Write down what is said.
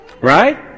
right